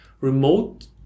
remote